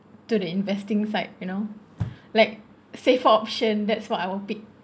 to the investing side you know like safer option that's what I will pick